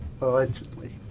allegedly